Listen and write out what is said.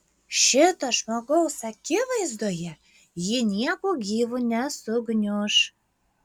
šito žmogaus akivaizdoje ji nieku gyvu nesugniuš